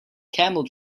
camel